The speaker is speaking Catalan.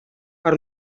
per